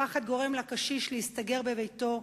הפחד גורם לקשיש להסתגר בביתו,